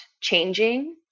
changing